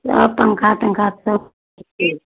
सब पन्खा तन्खा सब ठीक करि